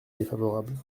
défavorable